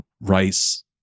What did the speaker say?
rice